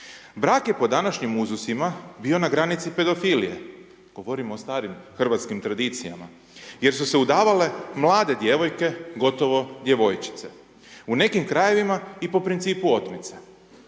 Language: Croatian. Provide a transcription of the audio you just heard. Brak je po današnjim uzusima bio na granici pedofilije, govorimo o starim hrvatskim tradicijama, jer su se udavale mlade djevojke gotovo djevojčice, u nekim krajevima i po principu otmice.